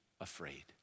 afraid